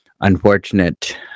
unfortunate